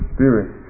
Spirit